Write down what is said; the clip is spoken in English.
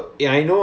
mm